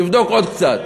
לבדוק עוד קצת.